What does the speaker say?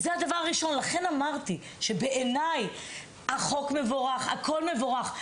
בעיני הכל מבורך,